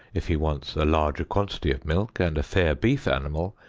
if he wants a larger quantity of milk and a fair beef animal,